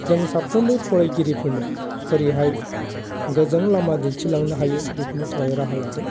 जों साफ्रोमबो फरायगिरिफोरनो बोरैहाय गोजों लामा दिनथिलांनो हायो बेफोरनि थाखाय राहा लादों